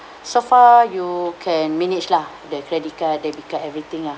so far you can manage lah the credit card debit card everything lah